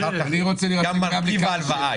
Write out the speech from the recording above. אחר כך גם מרכיב ההלוואה.